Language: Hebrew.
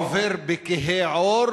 עובר בכהי עור,